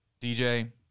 DJ